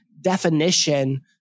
definition